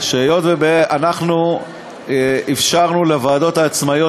שהיות שאנחנו אפשרנו לוועדות העצמאיות